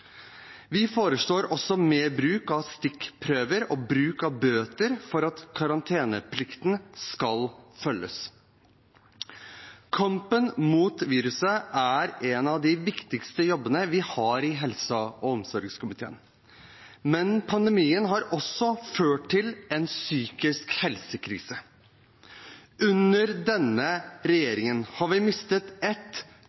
Vi foreslår også mer bruk av stikkprøver og bruk av bøter for at karanteneplikten skal følges. Kampen mot viruset er en av de viktigste jobbene vi har i helse- og omsorgskomiteen, men pandemien har også ført til en psykisk helse-krise. Under denne